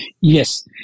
Yes